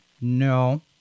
no